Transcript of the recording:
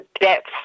depth